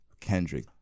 Kendrick